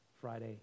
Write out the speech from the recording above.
Friday